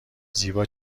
زیبا